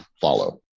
follow